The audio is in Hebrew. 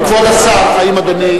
כולם בכנס הרצלייה ממילא.